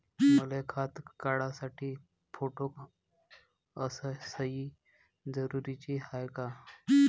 मले खातं काढासाठी फोटो अस सयी जरुरीची हाय का?